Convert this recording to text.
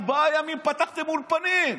ארבעה ימים פתחתם אולפנים.